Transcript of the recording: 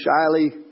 shyly